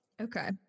Okay